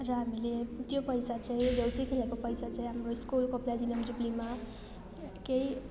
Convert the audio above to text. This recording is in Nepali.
र हामीले त्यो पैसा चाहिँ देउसी खेलेको पैसा चाहिँ हाम्रो स्कुलको प्लेटिनियम जुब्लीमा केही